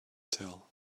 tell